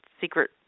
secret